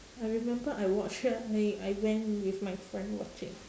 I remember I watch it I I went with my friend watch it